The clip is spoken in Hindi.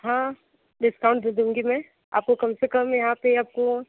हाँ डिस्काउंट दे दूँगी मैं आपको कम से कम यहाँ पर आपको